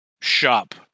shop